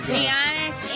Giannis